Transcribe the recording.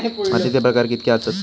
मातीचे प्रकार कितके आसत?